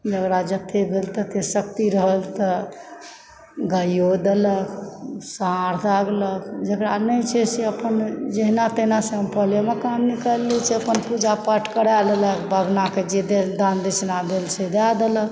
जेकरा जते भेल तते शक्ति रहल तऽ गाइयो देलक साढ़ दागलक जेकरा नहि छै से अपन जहिना तहिना से कऽ लेलक काम निकालि लेलक अपन पूजा पाठ करा लेलक वभनाके जे दान दक्षिणा भेल से दए देलक